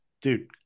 dude